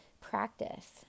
Practice